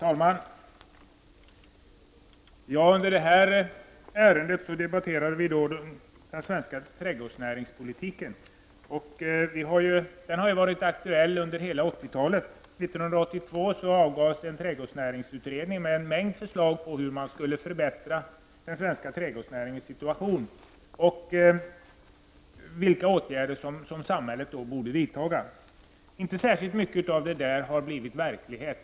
Herr talman! I detta ärende debatterar vi den svenska trädgårdsnäringspolitiken. Den har ju varit aktuell under hela 80-talet. År 1982 avgavs en trädgårdsnäringsutredning med en mängd förslag om hur man skulle förbättra den svenska trädgårdsnäringens situation och vilka åtgärder som samhället då borde vidta. Inte särskilt mycket av detta har blivit verklighet.